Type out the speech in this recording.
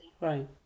Right